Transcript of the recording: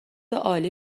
عالی